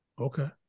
Okay